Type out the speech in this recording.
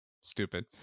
Stupid